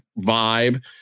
vibe